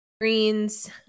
Greens